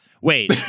Wait